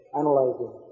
analyzing